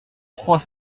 trois